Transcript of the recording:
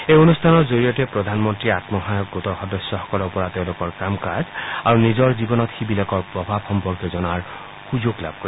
এই অনুষ্ঠানৰ জৰিয়তে প্ৰধানমন্ত্ৰীয়ে আম্মসহায়ক গোটৰ সদস্যসকলৰ পৰা তেওঁলোকৰ কাম কাজ আৰু তেওঁলোকৰ জীৱনত সিবিলাকৰ প্ৰভাৱ সম্পৰ্কে জনাৰ সুযোগ লাভ কৰিব